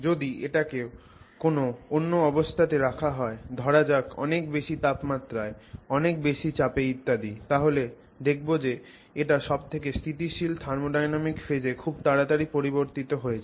যদি এটাকে কোন অন্য অবস্থাতে রাখা হয় ধরা যাক অনেক বেশি তাপমাত্রায় অনেক বেশি চাপে ইত্যাদি তাহলে দেখবো যে এটা সব থেকে স্থিতিশীল থার্মোডায়নামিক ফেজে খুব তাড়াতাড়ি পরিবর্তিত হয়েছে